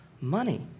money